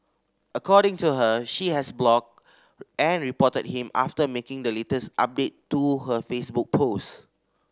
according to her she has blocked and reported him after making the latest update to her Facebook post